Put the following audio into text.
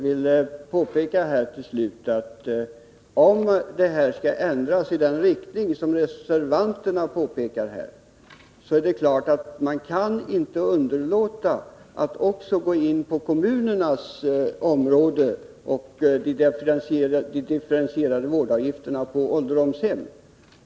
Fru talman! Jag vill till slut påpeka att om detta beslut skall ändras i den riktning som reservanterna vill kan man inte underlåta att också gå in på kommunernas område och de differentierade vårdavgifterna på servicehus med helinackordering.